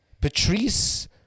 Patrice